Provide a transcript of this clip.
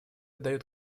дает